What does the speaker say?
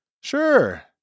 Sure